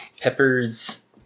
Pepper's